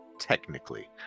Technically